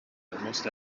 almost